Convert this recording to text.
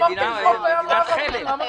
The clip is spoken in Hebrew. מדינת חלם.